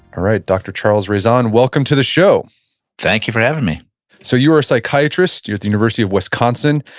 all right. dr. charles raison, welcome to the show thank you for having me so, you are a psychiatrist. you're at the university of wisconsin,